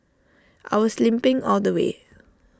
I was limping all the way